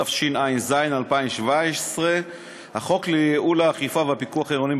התשע"ז 2017. החוק לייעול האכיפה והפיקוח העירוניים